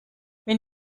wenn